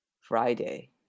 friday